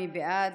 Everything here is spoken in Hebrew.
מי בעד?